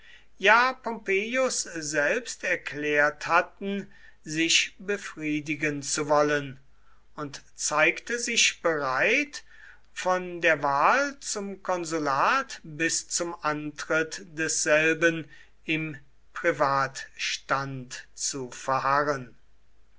ja pompeius selbst erklärt hatten sich befriedigen zu wollen und zeigte sich bereit von der wahl zum konsulat bis zum antritt desselben im privatstand zu verharren